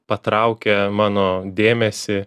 patraukia mano dėmesį